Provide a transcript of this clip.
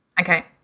okay